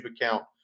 account